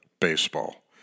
baseball